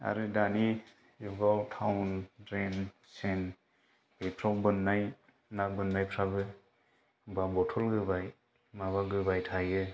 आरो दानि थावोन द्रेन सेन बेफोराव बोननाय ना बोननायफोराबो बा बथल गोबाय माबा गोबाय थायो